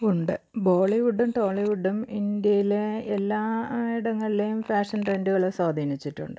ഉണ്ട് ബോളിവുഡും ടോളിവുഡും ഇന്ത്യയിലെ എല്ലാ ഇടങ്ങളിലെയും ഫാഷൻ ട്രെന്റുകളെ സ്വാധീനിച്ചിട്ടുണ്ട്